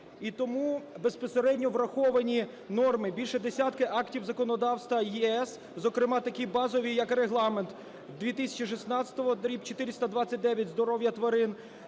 І тому безпосередньо враховані норми більше десятка актів законодавства ЄС, зокрема, такі базові як Регламент 2016/429 "Здоров'я тварин",